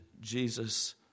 Jesus